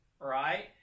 right